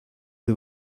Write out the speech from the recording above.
who